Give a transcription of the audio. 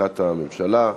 בתמיכת הממשלה.